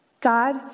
God